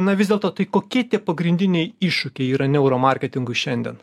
na vis dėlto tai kokie tie pagrindiniai iššūkiai yra neuro marketingui šiandien